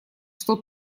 что